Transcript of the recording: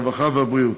הרווחה והבריאות.